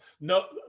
no